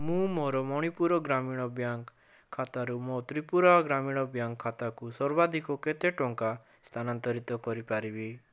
ମୁଁ ମୋର ମଣିପୁର ଗ୍ରାମୀଣ ବ୍ୟାଙ୍କ୍ ଖାତାରୁ ମୋ ତ୍ରିପୁରା ଗ୍ରାମୀଣ ବ୍ୟାଙ୍କ୍ ଖାତାକୁ ସର୍ବାଧିକ କେତେ ଟଙ୍କା ସ୍ଥାନାନ୍ତରିତ କରିପାରିବି